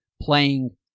playing